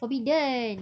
forbidden